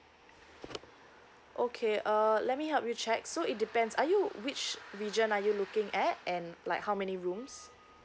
okay uh let me help you check so it depends are you which region are you looking at and like how many rooms